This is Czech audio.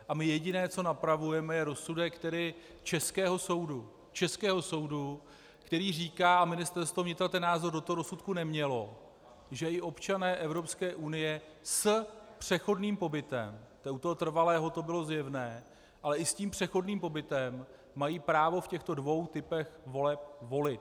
A my jediné, co napravujeme, je rozsudek českého soudu českého soudu, který říká, a Ministerstvo vnitra ten názor do toho rozsudku nemělo, že i občané Evropské unie s přechodným pobytem u toho trvalého to bylo zjevné ale i s tím přechodným pobytem mají právo v těchto dvou typech voleb volit.